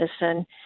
medicine